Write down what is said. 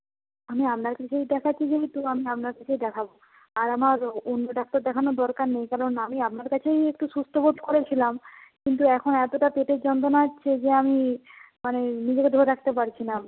আমি আপনার কাছেই দেখাচ্ছি যেহেতু আমি আপনার কাছেই দেখাব আর আমার অন্য ডাক্তার দেখানোর দরকার নেই কারণ আমি আপনার কাছেই একটু সুস্থ বোধ করেছিলাম কিন্তু এখন এতটা পেটের যন্ত্রণা হচ্ছে যে আমি মানে নিজেকে ধরে রাখতে পারছি না